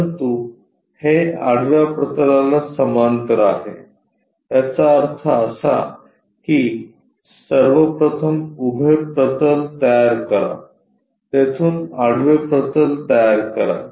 परंतु हे आडव्या प्रतलाला समांतर आहे याचा अर्थ असा की सर्वप्रथम उभे प्रतल तयार करा तेथून आडवे प्रतल तयार करा